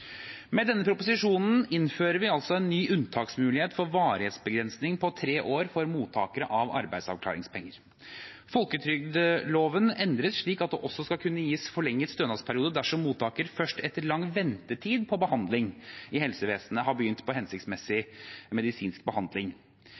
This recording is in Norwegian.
Med denne proposisjonen innfører vi altså en ny unntaksmulighet fra varighetsbegrensningen på tre år for mottakere av arbeidsavklaringspenger. Folketrygdloven endres slik at det også skal kunne gis forlenget stønadsperiode dersom mottakeren først etter lang ventetid på behandling i helsevesenet har begynt på hensiktsmessig